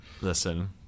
Listen